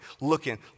looking